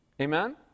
Amen